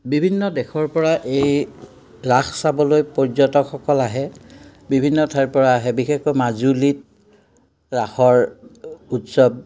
বিভিন্ন দেশৰপৰা এই ৰাস চাবলৈ পৰ্যটকসকল আহে বিভিন্ন ঠাইৰপৰা আহে বিশেষকৈ মাজুলীত ৰাসৰ উৎসৱ